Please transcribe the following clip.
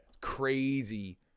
Crazy